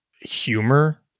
humor